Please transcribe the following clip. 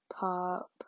pop